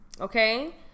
Okay